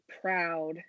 proud